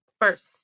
First